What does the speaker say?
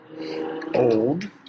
old